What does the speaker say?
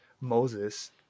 moses